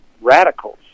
radicals